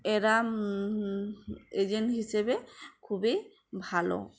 এরা এজেন্ট হিসেবে খুবই ভালো